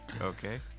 Okay